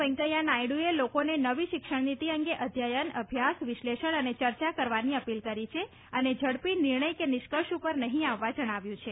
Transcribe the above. વેંકેયા નાયડુએ લોકોને નવી શિક્ષણ નીતિ અંગે અધ્યયન અભ્યાસ વિશ્લેષણ અને ચર્ચા કરવાની અપીલ કરી છે અને ઝડપી નિર્ણય કે નિષ્કર્ષ પર નહીં આવવા જણાવ્યું છે